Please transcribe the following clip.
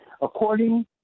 according